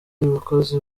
abakozi